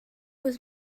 was